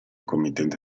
committente